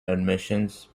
admissions